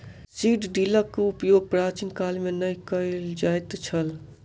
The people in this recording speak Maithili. सीड ड्रीलक उपयोग प्राचीन काल मे नै कय ल जाइत छल